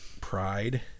pride